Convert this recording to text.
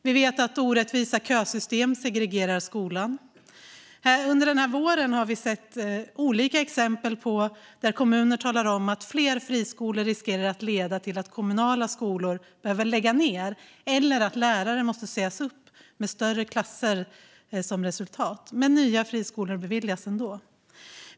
Vi vet att orättvisa kösystem segregerar skolan. Den här våren har vi också sett olika exempel på kommuner som talar om att fler friskolor riskerar att leda till att kommunala skolor behöver läggas ned eller att lärare måste sägas upp, med större klasser som resultat. Men nya friskolor beviljas ändå tillstånd.